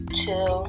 two